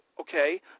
okay